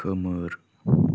खोमोर